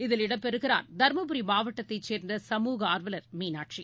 இதில் இடம்பெறுகிறார் தருமபுரி மாவட்டத்தைச் சேர்ந்த சமூக ஆர்வலரானமீனாட்சி